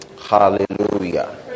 Hallelujah